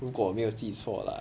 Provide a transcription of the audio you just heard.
如果没有记错 lah